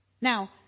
now